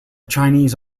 chinese